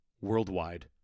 worldwide